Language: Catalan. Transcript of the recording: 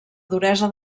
duresa